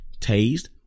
Tased